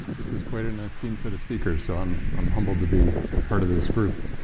this is quite an esteemed set of speakers, so um i'm humbled to be part of this group.